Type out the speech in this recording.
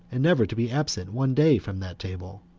and never to be absent one day from that table.